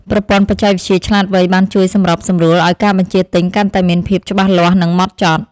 ប្រព័ន្ធបច្ចេកវិទ្យាឆ្លាតវៃបានជួយសម្របសម្រួលឱ្យការបញ្ជាទិញកាន់តែមានភាពច្បាស់លាស់និងហ្មត់ចត់។